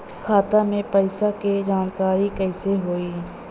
खाता मे पैसा के जानकारी कइसे होई?